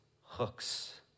hooks